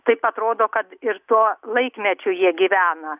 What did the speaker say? taip atrodo kad ir tuo laikmečiu jie gyvena